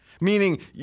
Meaning